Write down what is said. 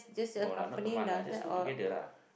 no lah not teman lah just do together lah